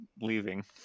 leaving